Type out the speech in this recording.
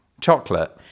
chocolate